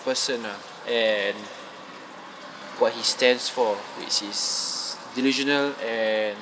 person ah and what he stands for which is delusional and